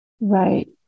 right